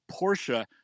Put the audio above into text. Porsche